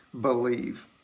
believe